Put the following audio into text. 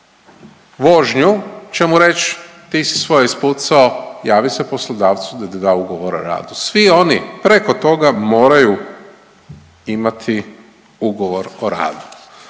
vožnju će mu reći, ti si svoje ispucao, javi se poslodavcu da ti da ugovor o radu. Svi oni preko toga moraju imati ugovor o radu,